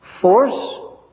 force